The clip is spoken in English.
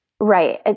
Right